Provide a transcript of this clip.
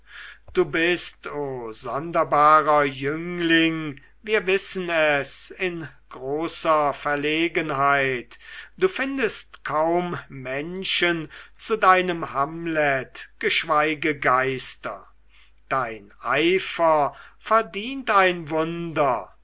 du bist o sonderbarer jüngling wir wissen es in großer verlegenheit du findest kaum menschen zu deinem hamlet geschweige geister dein eifer verdient ein wunder